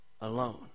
alone